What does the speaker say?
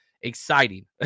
exciting